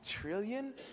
trillion